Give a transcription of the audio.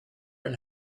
and